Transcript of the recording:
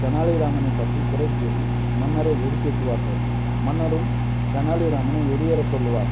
தெனாலிராமனைப் பற்றி குறைக் கூறி மன்னரை வெறுப்பேற்றுவார்கள் மன்னரும் தெனாலிராமனை வெளியேறச் சொல்லுவார்